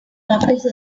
office